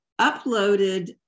uploaded